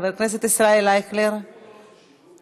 חבר הכנסת ישראל אייכלר, מדבר.